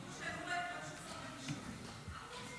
צריך לשמור גם על רגישות היום.